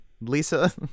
lisa